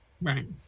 Right